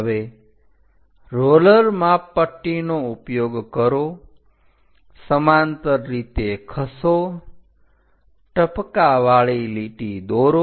હવે રોલર માપપટ્ટીનો ઉપયોગ કરો સમાંતર રીતે ખસો ટપકાવાળી લીટી દોરો